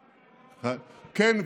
כן,